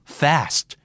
fast